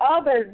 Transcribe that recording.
others